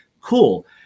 cool